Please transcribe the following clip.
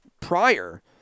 prior